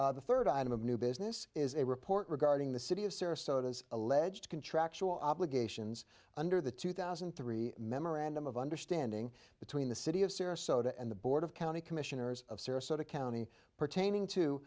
fifteen the third item of new business is a report regarding the city of sarasota as alleged contractual obligations under the two thousand and three memorandum of understanding between the city of sarasota and the board of county commissioners of sarasota county pertaining to